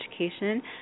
education